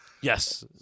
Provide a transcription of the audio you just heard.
Yes